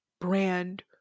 brand